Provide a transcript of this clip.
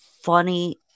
funny